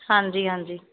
ਹਾਂਜੀ ਹਾਂਜੀ